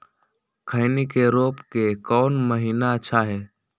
खैनी के रोप के कौन महीना अच्छा है?